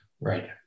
Right